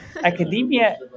academia